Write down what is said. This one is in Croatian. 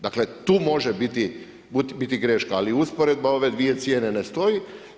Dakle tu može biti greška ali usporedba ove dvije cijene ne stoji.